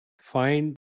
Find